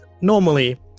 normally